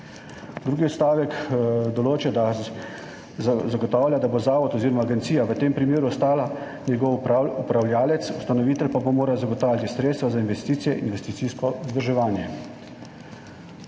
Drugi odstavek zagotavlja, da bo zavod oziroma agencija v tem primeru ostala njegov upravljavec, ustanovitelj pa bo mora zagotavljati sredstva za investicije in investicijsko vzdrževanje.